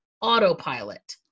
autopilot